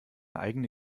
eigene